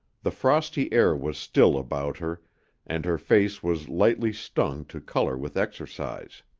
the frosty air was still about her and her face was lightly stung to color with exercise.